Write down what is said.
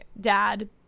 dad